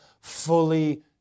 fully